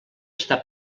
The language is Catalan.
està